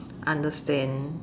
understand